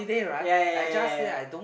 ya ya ya